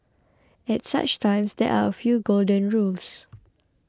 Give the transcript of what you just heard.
at such times there are a few golden rules